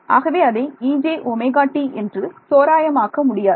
ஆகவே அதை ejωt என்று தோராயமாக்க முடியாது